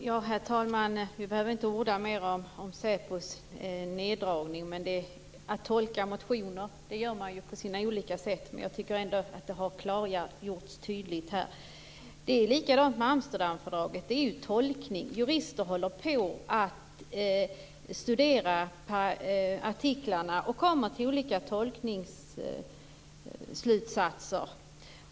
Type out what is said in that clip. Herr talman! Vi behöver inte orda mer om SÄPO:s neddragning. Motioner tolkas på olika sätt, men jag tycker att det har gjorts klarlägganden här. Likadant är det med Amsterdamfördraget. Det handlar om tolkning. Jurister studerar artiklarna och tolkar dem olika - de kommer till olika slutsatser.